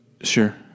Sure